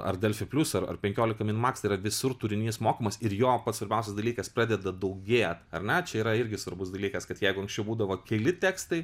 ar delfi plius ar ar penkiolika min maks tai yra visur turinys mokamas ir jo pats svarbiausias dalykas pradeda daugėt ar ne čia yra irgi svarbus dalykas kad jeigu anksčiau būdavo keli tekstai